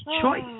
Choice